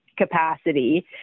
capacity